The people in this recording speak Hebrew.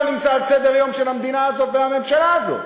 לא נמצא על סדר-היום של המדינה הזאת והממשלה הזאת.